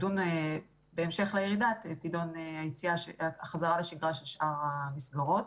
בהמשך לירידה, תידון החזרה לשגרה של שאר המסגרות.